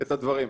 את הדברים.